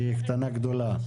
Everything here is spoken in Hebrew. שהיא קטנה גדולה,